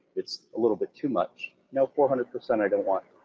it's a little bit too much, no, four hundred percent i don't want.